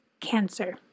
Cancer